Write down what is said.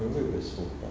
remember it was so far